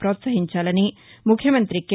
ప్రోత్సహించాలని ముఖ్యమంత్రి కె